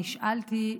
נשאלתי,